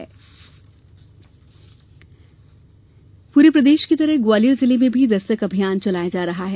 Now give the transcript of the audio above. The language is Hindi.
दस्तक अभियान पूरे प्रदेश की तरह ग्वालियर जिले में भी दस्तक अभियान चलाया जा रहा है